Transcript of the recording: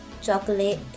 Chocolate